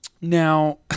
Now